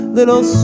little